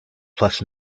plus